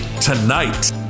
tonight